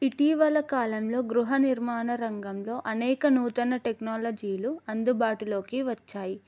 ఇటీవల కాలంలో గృహ నిర్మాణ రంగంలో అనేక నూతన టెక్నాలజీలు అందుబాటులోకి వచ్చాయి